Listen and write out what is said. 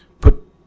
Put